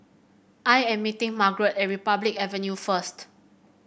I am meeting Margarett at Republic Avenue first